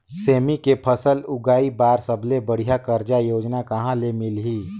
सेमी के फसल उगाई बार सबले बढ़िया कर्जा योजना कहा ले मिलही?